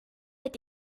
mit